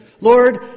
Lord